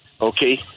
okay